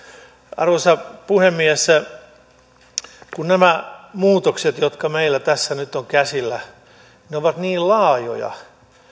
arvoisa puhemies kun nämä muutokset jotka meillä tässä nyt ovat käsillä ovat niin laajoja